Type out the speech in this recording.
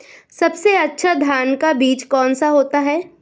सबसे अच्छा धान का बीज कौन सा होता है?